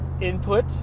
input